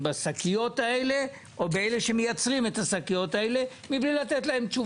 אני מעלה את הנושא של השקיות החד פעמיות,